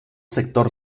sector